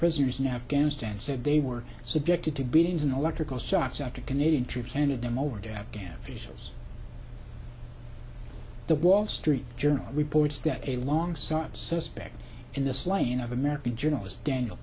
prisoners in afghanistan said they were subjected to beatings and electrical shocks after canadian troops handed them over to afghan officials the wall street journal reports that a long sought suspect in this line of american journalist daniel